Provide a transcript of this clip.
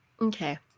Okay